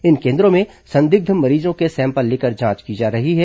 इन केन्द्रों में संदिग्ध मरीजों के सैंपल लेकर जांच की जा रही है